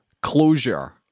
closure